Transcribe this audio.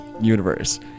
universe